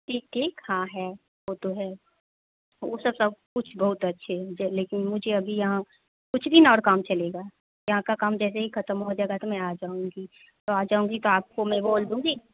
ठीक ठीक हाँ है वो तो है उसे सब कुछ बहुत अच्छे हैं लेकिन मुझे अभी यहाँ कुछ दिन और काम चलेगा यहाँ का काम जैसे ही ख़त्म हो जाएगा तो मैं आ जाऊँगी तो आ जाऊँगी तो आपको मैं बोल दूँगी